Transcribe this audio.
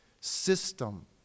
system